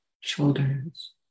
shoulders